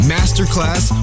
Masterclass